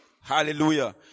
Hallelujah